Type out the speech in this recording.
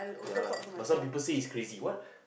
ya lah but some people say is crazy what